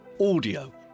audio